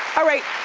alright,